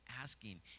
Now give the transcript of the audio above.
asking